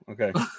Okay